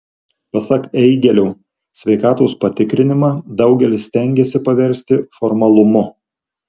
pasak eigėlio sveikatos patikrinimą daugelis stengiasi paversti formalumu